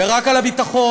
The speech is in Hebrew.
ורק על הביטחון,